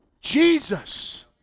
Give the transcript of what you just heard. Jesus